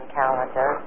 calendar